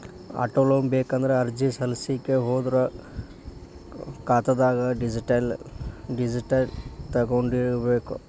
auto loan ಬೇಕಂದ್ರ ಅರ್ಜಿ ಸಲ್ಲಸ್ಲಿಕ್ಕೆ ಹೋದ್ರ ಖಾತಾದ್ದ್ ಡಿಟೈಲ್ಸ್ ತಗೊಂಢೊಗಿರ್ಬೇಕ್